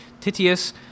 Titius